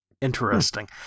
Interesting